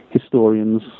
historians